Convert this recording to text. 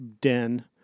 Den